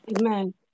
Amen